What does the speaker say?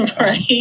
Right